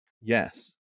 Yes